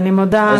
אני מודה,